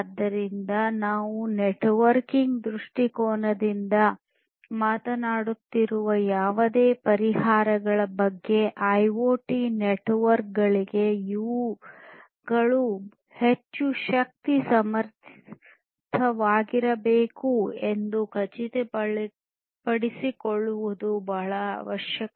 ಆದ್ದರಿಂದ ನಾವು ನೆಟ್ವರ್ಕಿಂಗ್ ದೃಷ್ಟಿಕೋನದಿಂದ ಮಾತನಾಡುತ್ತಿರುವ ಯಾವುದೇ ಪರಿಹಾರಗಳ ಬಗ್ಗೆ ಐಒಟಿ ನೆಟ್ವರ್ಕ್ಗಳಿಗೆ ಇವುಗಳು ಹೆಚ್ಚು ಶಕ್ತಿ ಸಮರ್ಥವಾಗಿರಬೇಕು ಎಂದು ಖಚಿತಪಡಿಸಿಕೊಳ್ಳುವುದು ಬಹಳ ಅವಶ್ಯಕ